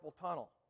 tunnel